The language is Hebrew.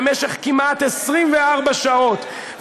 במשך כמעט 24 שעות,